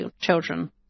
children